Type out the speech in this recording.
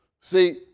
See